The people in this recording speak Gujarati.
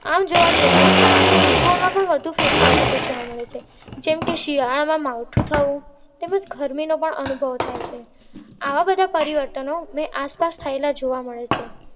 આમ જોવા જઈએ તો ઋતુઓમાં પણ વધુ ફેરફાર થતો જોવા મળે છે જેમ કે શિયાળામાં માવઠું થવું તેમજ ગરમીનો પણ અનુભવ થાય છે આવા બધા પરિવર્તનો મેં આસપાસ થયેલા જોવા મળે છે